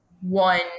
one